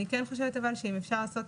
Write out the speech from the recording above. אני כן חושבת שאם אפשר לעשות,